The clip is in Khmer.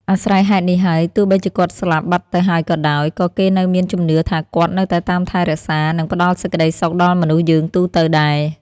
អាស្រ័យហេតុនេះហើយ ទោះបីជាគាត់ស្លាប់បាត់ទៅហើយក៏ដោយ ក៏គេនៅមានជំនឿថាគាត់នៅតែតាមថែរក្សា និងផ្តល់សេចក្តីសុខដល់មនុស្សយើងទូទៅដែរ។